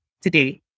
today